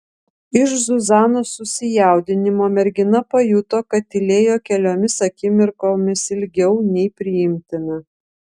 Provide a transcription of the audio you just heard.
iš zuzanos susijaudinimo mergina pajuto kad tylėjo keliomis akimirkomis ilgiau nei priimtina